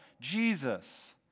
Jesus